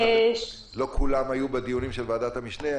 לא כולם היו בדיונים של ועדת המשנה.